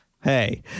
hey